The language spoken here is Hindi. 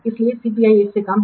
इसलिए सीपीआई 1 से कम है